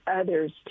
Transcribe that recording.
others